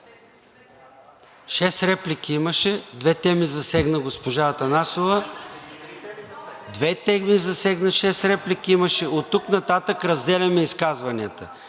Шест реплики имаше, две теми засегна госпожа Атанасова. Две теми засегна, шест реплики имаше. Оттук нататък разделяме изказванията.